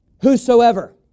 whosoever